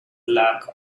luck